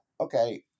Okay